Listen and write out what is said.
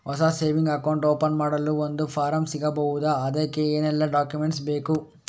ಹೊಸ saving account open ಮಾಡಲು ಒಂದು ಫಾರ್ಮ್ ಸಿಗಬಹುದು? ಅದಕ್ಕೆ ಏನೆಲ್ಲಾ ಡಾಕ್ಯುಮೆಂಟ್ಸ್ ಬೇಕು?